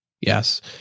Yes